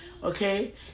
Okay